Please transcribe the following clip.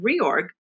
reorg